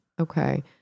Okay